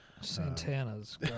santana's